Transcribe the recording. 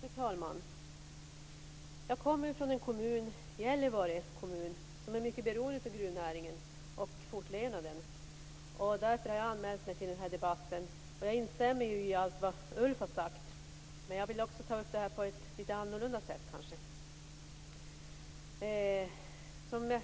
Fru talman! Jag kommer ifrån Gällivare kommun, som är mycket beroende av gruvnäringen och dess fortlevnad, och det är därför som jag har anmält mig till den här debatten. Jag instämmer i allt det som Ulf Kero har sagt, men jag vill kommentera det på ett något annat sätt. Som